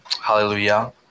Hallelujah